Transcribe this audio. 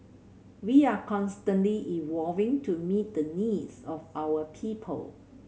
we are constantly evolving to meet the needs of our people